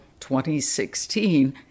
2016